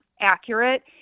accurate